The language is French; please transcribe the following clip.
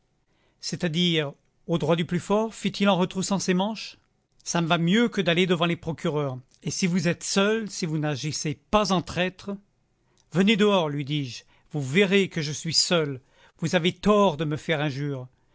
c'est-à-dire au droit du plus fort fit-il en retroussant ses manches ça me va mieux que d'aller devant les procureurs et si vous êtes seul si vous n'agissez pas en traître venez dehors lui dis-je vous verrez que je suis seul vous avez tort de me faire injure